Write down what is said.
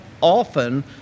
often